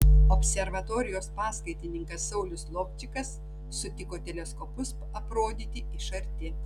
observatorijos paskaitininkas saulius lovčikas sutiko teleskopus aprodyti iš arti